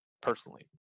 personally